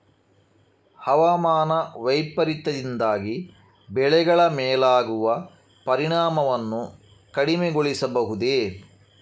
ಹವಾಮಾನ ವೈಪರೀತ್ಯದಿಂದಾಗಿ ಬೆಳೆಗಳ ಮೇಲಾಗುವ ಪರಿಣಾಮವನ್ನು ಕಡಿಮೆಗೊಳಿಸಬಹುದೇ?